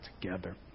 together